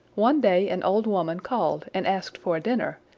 one day an old woman called and asked for a dinner,